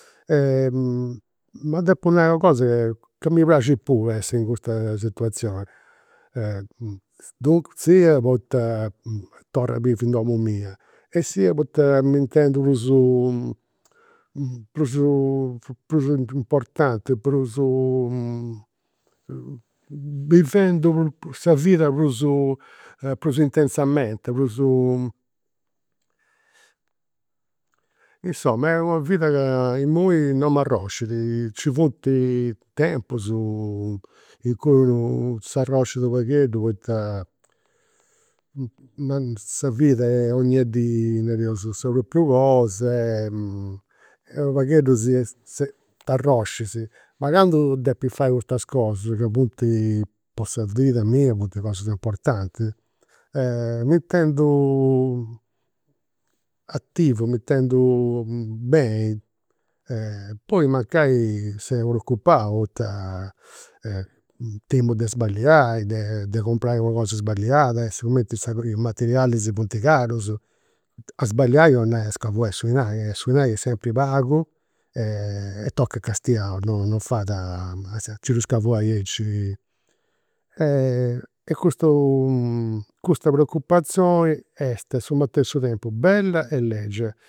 Ma depu nai u' cosa, ca mi prait puru a essi in custa situazioni. Siat poita torru a bivi in domu mia, e sia poita m'intendu prus prus prus importanti, prus bivendi prus sa vida prus prus intensamenti, prus. Insoma est una vida ca imui non m'arroxit, nci funt tempus in cui unu s'arroxit u' pagheddu poita sa vida est 'onnia dì nareus sa propriu cosa e u' pagheddu t'arroscis. Ma candu depis fai custas cosas, ca funt po sa vida mia funt cosas importantis, m'intendu attivu, m'intendu beni. Poi mancai seu preocupau poita timu de sballiai, de comporai una cosa sballiada. E sigumenti sa prima is materialis funt carus, a sballiai 'olit nai a scavuai su dinai, e su 'inai est sempri pagu e tocat castiau, non fait a nci ddu scavuai aici. E custu, custa preocupazioni est su matessu tempus bella e legia